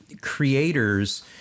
creators